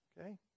Okay